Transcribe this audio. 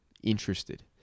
interested